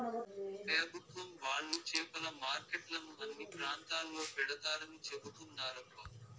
పెభుత్వం వాళ్ళు చేపల మార్కెట్లను అన్ని ప్రాంతాల్లో పెడతారని చెబుతున్నారబ్బా